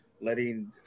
letting